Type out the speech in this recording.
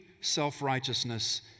self-righteousness